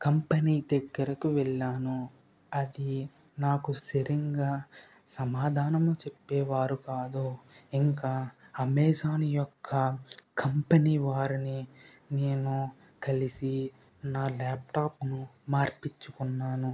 company దగ్గరకు వెళ్ళాను అది నాకు సరిగ్గా సమాధానం చెప్పేవారు కాదు ఇంకా అమెజాన్ యొక్క కంపెనీ వారిని నేను కలిసి నా ల్యాప్టాప్ను మార్పించుకున్నాను